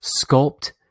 sculpt